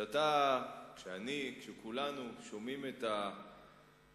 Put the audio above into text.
כשאתה, כשאני, כשכולנו שומעים את הפתוס,